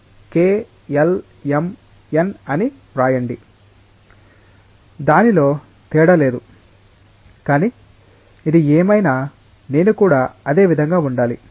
k l m n అని వ్రాయండి దానిలో తేడా లేదు కానీ ఇది ఏమైనా నేను కూడా అదే విధంగా ఉండాలి